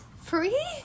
Free